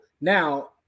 now